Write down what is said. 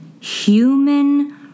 human